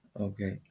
okay